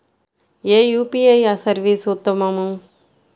ఏ UPI service ఉత్తమము?